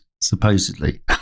supposedly